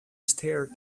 stared